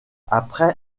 après